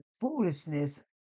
foolishness